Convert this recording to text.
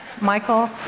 Michael